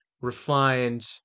refined